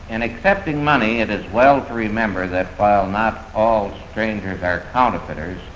and accepting money, it is well to remember that, while not all strangers are counterfeiters,